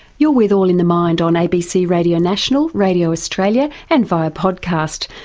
you're with all in the mind on abc radio national, radio australia and via podcast.